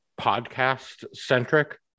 podcast-centric